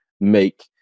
make